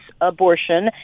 abortion